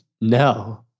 No